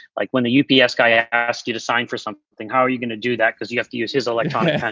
like when a u p s. guy ah asked you to sign for some thing, how are you going to do that? because you have to use his electronic.